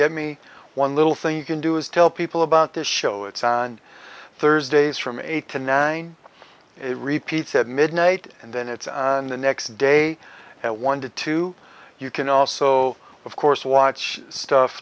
give me one little thing you can do is tell people about this show it's on thursdays from eight to nine it repeats at midnight and then it's on the next day at one to two you can also of course watch stuff